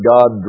God